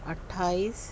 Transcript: اٹھائیس